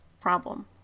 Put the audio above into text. problem